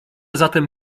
zatem